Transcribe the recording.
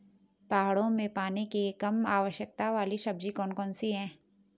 पहाड़ों में पानी की कम आवश्यकता वाली सब्जी कौन कौन सी हैं?